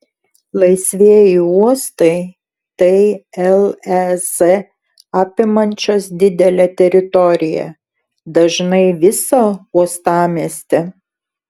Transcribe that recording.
laisvieji uostai tai lez apimančios didelę teritoriją dažnai visą uostamiestį